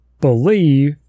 believe